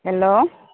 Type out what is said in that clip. hello